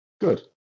Good